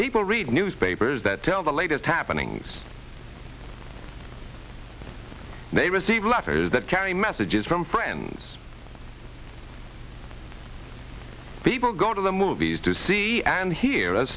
people read newspapers that tell the latest happenings they receive letters that carry messages from friends people go to the movies to see and hear